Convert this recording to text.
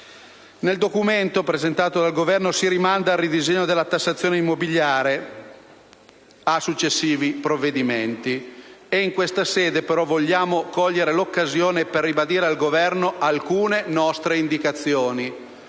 Nel documento presentato dal Governo si rimanda il ridisegno della tassazione immobiliare a successivi provvedimenti. In questa sede vogliamo però cogliere l'occasione per ribadire al Governo alcune nostre indicazioni.